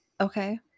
Okay